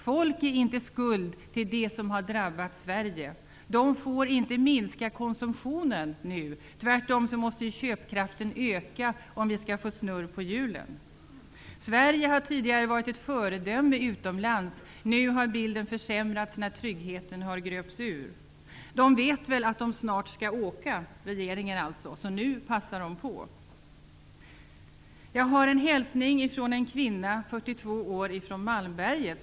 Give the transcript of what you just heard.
Folk är inte skuld till det som har drabbat Sverige. De får inte minska konsumtionen nu. Tvärtom måste köpkraften öka om vi skall få snurr på hjulen. Sverige har tidigare varit ett föredöme utomlands. Nu har bilden försämrats när tryggheten har gröpts ur. De vet väl att de snart skall åka -- regeringen alltså -- så nu passar de på. Nu gäller det en hälsning från en 42-årig kvinna från Malmberget.